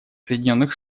соединенных